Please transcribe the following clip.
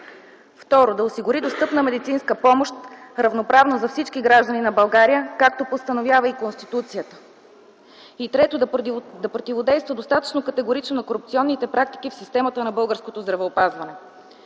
Второ, да осигури достъпна медицинска помощ, равноправна за всички граждани на България, както постановява и Конституцията. И трето, да противодейства достатъчно категорично на корупционните практики в системата на българското здравеопазване.